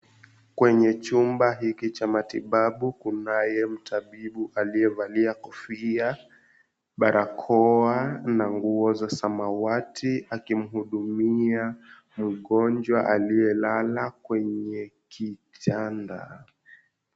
Kwenye chumba hiki cha matibabu kunayo mtabibu aliyevalia kofia barakoa na nguo ya samawati akimuhudumia mgonjwa aliyelala kwenye kitanda.